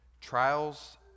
Trials